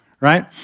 right